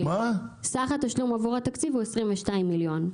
סך התשלום עבור התקציב הוא 22 מיליון.